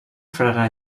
frare